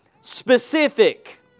Specific